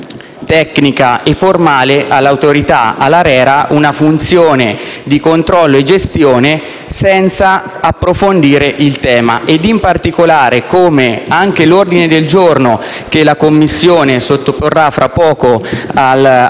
tecnica e formale all'ARERA una funzione di controllo e gestione senza approfondire il tema e in particolare, come indica anche l'ordine del giorno che la Commissione sottoporrà tra poco